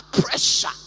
pressure